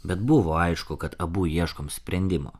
bet buvo aišku kad abu ieškom sprendimo